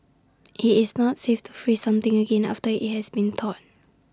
IT is not safe to freeze something again after IT has been thawed